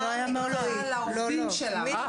הדרכה לעובדים שלנו.